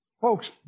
Folks